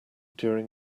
during